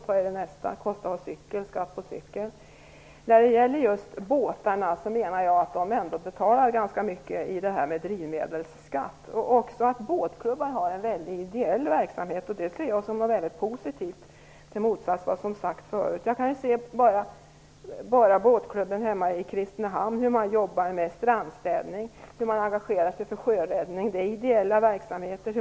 Vad är det nästa som man får betala för? Skall det kosta att ha cykel? Båtägarna betalar ju ändå ganska mycket i och med drivmedelsskatten. Båtklubbarna bedriver en ideell verksamhet, och det ser jag som någonting positivt till motsats vad som har sagts här förut. På Båtklubben hemma i Kristinehamn jobbar man med strandstädning och engagerar sig för sjöräddning. Det är ideella verksamheter.